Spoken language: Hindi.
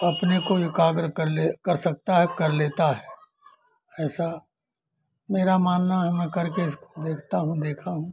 अपने को एकाग्र कर ले कर सकता है कर लेता है ऐसा मेरा मानना है मैं करके देखता हूँ देखा हूँ